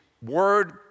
Word